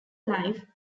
life